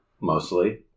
mostly